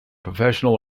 professional